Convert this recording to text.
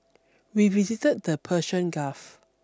we visited the Persian Gulf